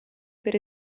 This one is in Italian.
per